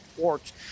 porch